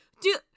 Do-